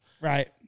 Right